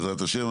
בעזרת השם.